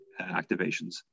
activations